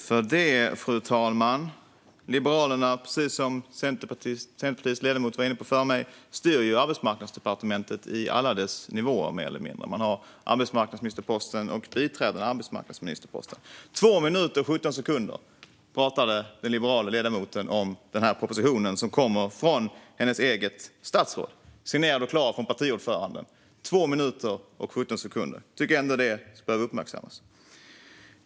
Fru talman! Precis som Centerpartiets ledamot var inne på styr Liberalerna Arbetsmarknadsdepartementet på mer eller mindre alla dess nivåer. Man innehar arbetsmarknadsministerposten samt biträdande arbetsmarknadsministerposten. Den liberala ledamoten pratade i 2 minuter och 17 sekunder om propositionen, som kommer från hennes eget statsråd. Den är signerad och klar från partiordföranden, och hon ägnade den 2 minuter och 17 sekunder. Jag tycker ändå att det bör uppmärksammas.